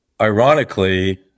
Ironically